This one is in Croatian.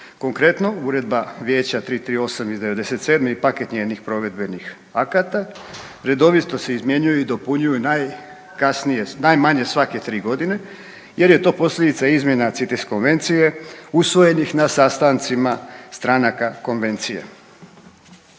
Konkretno Uredba Vijeća 338. iz '97. i paket njenih provedbenih akata redovito se izmjenjuju i dopunjuju najmanje svake tri godine jer je to posljedica izmjena CITES konvencije usvojenih na sastancima stranaka konvencije.